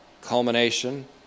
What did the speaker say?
culmination